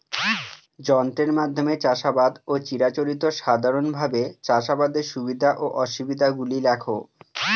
যন্ত্রের মাধ্যমে চাষাবাদ ও চিরাচরিত সাধারণভাবে চাষাবাদের সুবিধা ও অসুবিধা গুলি লেখ?